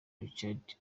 richard